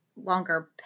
longer